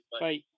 Bye